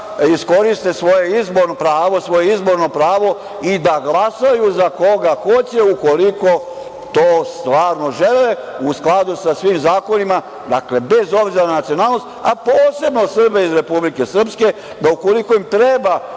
iskoriste svoje izborno pravo i da glasaju za koga hoće, ukoliko to stvarno žele, u skladu sa svim zakonima, bez obzira na nacionalnost, a posebno Srbe iz Republike Srpske, da ukoliko im treba